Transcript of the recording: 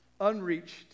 unreached